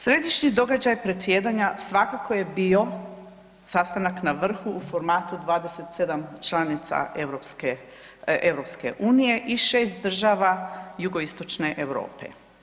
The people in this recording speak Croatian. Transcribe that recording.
Središnji događaj predsjedanja svakako je bio sastanak na vrhu u formatu 27 članica EU i 6 država jugoistočne Europe.